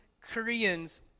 Koreans